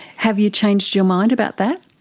have you changed your mind about that?